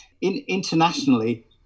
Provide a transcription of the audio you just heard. internationally